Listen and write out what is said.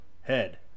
head